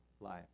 life